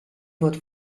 vote